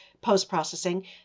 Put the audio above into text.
post-processing